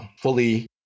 fully